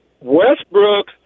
Westbrook